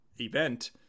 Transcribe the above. event